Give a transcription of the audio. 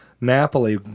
Napoli